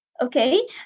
okay